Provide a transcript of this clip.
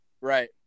Right